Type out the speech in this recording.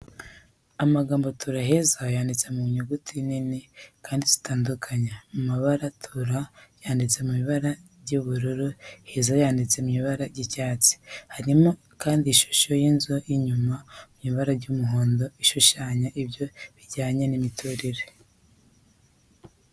Amagambo tura heza yanditse mu nyuguti nini kandi zitandukanye mu mabara tura yanditse mu ibara rya ubururu, heza yanditse mu ibara rya icyatsi. Harimo kandi ishusho y’inzu y’inyuma mu ibara ry’umuhondo, ishushanya ibyo bijyanye n’imiturire.